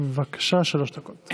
בבקשה, שלוש דקות.